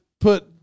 put